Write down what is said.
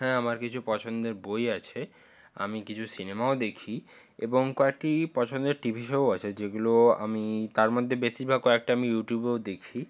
হ্যাঁ আমার কিছু পছন্দের বই আছে আমি কিছু সিনেমাও দেখি এবং কয়েকটি পছন্দের টিভি শোও আছে যেগুলো আমি তার মধ্যে বেশিভাগ কয়েকটা আমি ইউটিউবেও দেখি